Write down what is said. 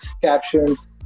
captions